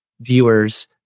viewers